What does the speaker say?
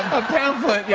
pamphlet. yeah